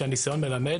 כשהניסיון מלמד,